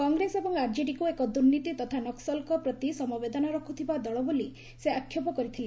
କଂଗ୍ରେସ ଏବଂ ଆର୍କେଡିକୁ ଏକ ଦୁର୍ନୀତି ତଥା ନକ୍କଲ୍ଙ୍କ ପ୍ରତି ସମବେଦନା ରଖୁଥିବା ଦଳ ବୋଲି ସେ ଆକ୍ଷେପ କରିଥିଲେ